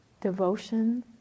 devotion